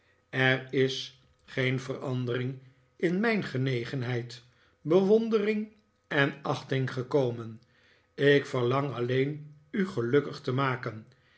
er is geen verandering in mijn genegenheid bewondering en achting gekomen ik verlang alleen u gelukkig te maken